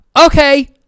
Okay